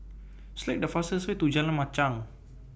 Select The fastest Way to Jalan Machang